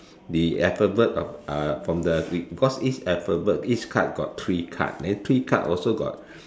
the alphabet of uh from the we because each alphabet each card got three card then three card also got